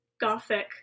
gothic